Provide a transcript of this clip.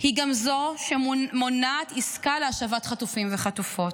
היא גם זו שמונעת עסקה להשבת חטופים וחטופות,